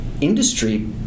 industry